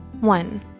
One